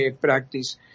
practice